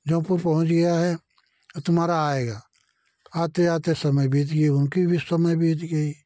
जो कुछ पहुँच गया है वो तुम्हारा आएगा आते आते समय बीत गई उनकी भी समय बीत गई